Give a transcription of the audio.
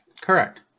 Correct